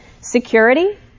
Security